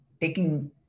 taking